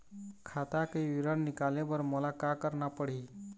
खाता के विवरण निकाले बर मोला का करना पड़ही?